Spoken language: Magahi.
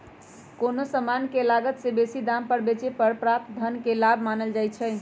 कोनो समान के लागत से बेशी दाम पर बेचे पर प्राप्त धन के लाभ मानल जाइ छइ